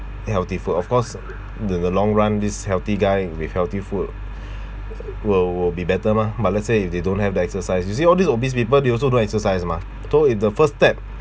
eat healthy food of course the the long run this healthy guy with healthy food will will be better mah but let's say if they don't have the exercise you see all these obese people they also don't exercise mah so in the first step